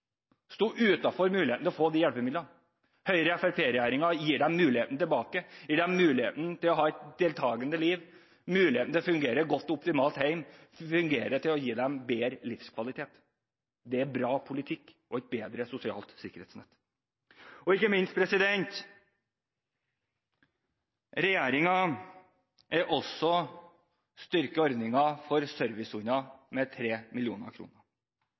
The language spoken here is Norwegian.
sto utenfor muligheten til å få disse hjelpemidlene. Høyre–Fremskrittsparti-regjeringen gir dem muligheten tilbake, gir dem muligheten til å ha et deltagende liv, muligheten til å fungere optimalt hjemme, muligheten til å ha bedre livskvalitet. Det er en bra politikk, som gir et bedre sosialt sikkerhetsnett. Og ikke minst: Regjeringen vil også styrke ordningen med servicehunder med